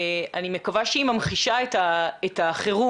אני מקווה שממחישה את החירום,